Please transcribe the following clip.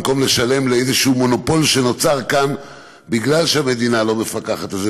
במקום לשלם לאיזשהו מונופול שנוצר כאן בגלל שהמדינה לא מפקחת על זה,